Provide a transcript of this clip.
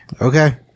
Okay